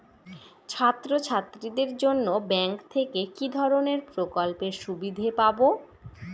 ছাত্রছাত্রীদের জন্য ব্যাঙ্ক থেকে কি ধরণের প্রকল্পের সুবিধে পাবো?